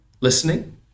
Listening